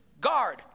guard